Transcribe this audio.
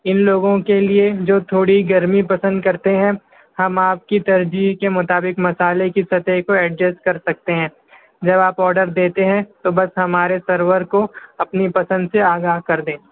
ان لوگوں کے لیے جو تھوڑی گرمی پسند کرتے ہیں ہم آپ کی ترجیح کے مطابق مصالحے کے سطح کو ایڈجس کر سکتے ہیں جب آپ آڈر دیتے ہیں تو بس ہمارے سرور کو اپنی پسند سے آگاہ کر دیں